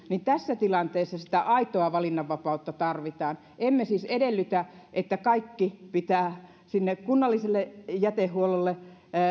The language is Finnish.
tässä tilanteessa sitä aitoa valinnanvapautta tarvitaan emme siis edellytä että kaikki pitää sinne kunnalliselle jätehuollolle